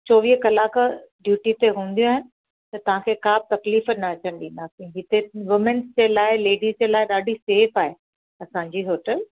चोवीह कलाक ड्यूटी ते हूंदियूं आहिनि त तव्हांखे का बि तकलीफ़ न अचनि ॾींदासी हिते वूमेन्स जे लाइ लेडीज जे लाइ ॾाढी सेफ़ आहे असांजी होटल